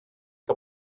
que